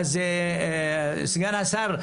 סגן השר,